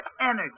energy